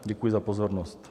Děkuji za pozornost.